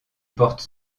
porte